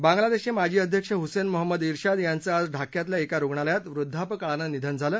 बांगलादेशचे माजी अध्यक्ष हुसेन मोहम्मद इर्शाद यांचं आज ढाक्यातल्या एका रूग्णालयात वृद्धापकाळानं निधन झालं